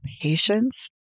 patience